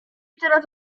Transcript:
teraz